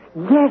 Yes